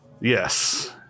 Yes